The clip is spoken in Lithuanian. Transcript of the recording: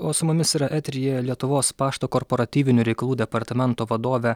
o su mumis yra eteryje lietuvos pašto korporatyvinių reikalų departamento vadovė